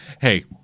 hey